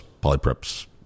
Polyprep's